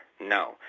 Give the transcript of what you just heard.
No